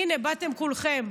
הינה, באתם כולכם.